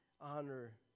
honor